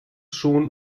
schon